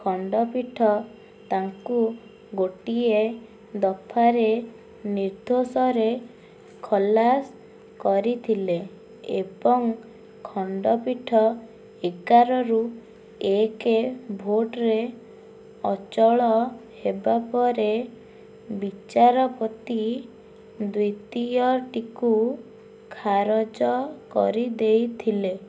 ଖଣ୍ଡପୀଠ ତାଙ୍କୁ ଗୋଟିଏ ଦଫାରେ ନିିର୍ଦ୍ଦୋଷରେ ଖଲାସ କରିଥିଲେ ଏବଂ ଖଣ୍ଡପୀଠ ଏଗାରରୁ ଏକ ଭୋଟ୍ରେ ଅଚଳ ହେବ ପରେ ବିଚାରପତି ଦ୍ଵିତୀୟଟିକୁ ଖାରଜ କରିଦେଇଥିଲେ